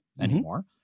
anymore